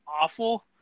awful